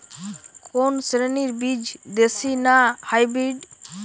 কোন শ্রেণীর বীজ দেশী না হাইব্রিড?